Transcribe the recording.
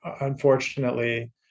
unfortunately